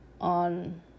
on